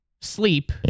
sleep